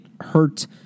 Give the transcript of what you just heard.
hurt